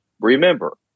remember